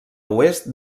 oest